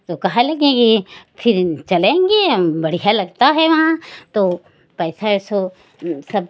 तो कहे लगी कि फिर चलेंगे बढ़िया लगता है वहाँ तो पैसा ऐसो सब